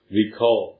recall